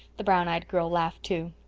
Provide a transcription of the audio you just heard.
the brown-eyed girl laughed, too.